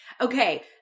Okay